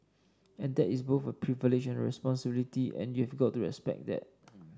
and that is both a privilege and responsibility and you've got to respect that